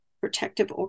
protective